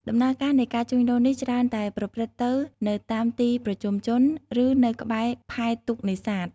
ដំណើរការនៃការជួញដូរនេះច្រើនតែប្រព្រឹត្តទៅនៅតាមទីប្រជុំជន ឬនៅក្បែរផែទូកនេសាទ។